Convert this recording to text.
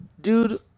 dude